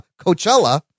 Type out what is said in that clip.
Coachella